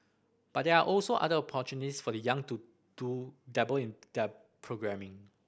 but there are also other opportunities for the young to to dabble in programming